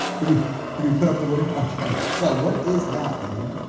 did we did we put up the wooden? okay, so what is that leehee?